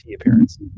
appearance